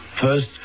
First